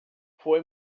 foi